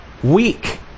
Weak